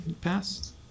pass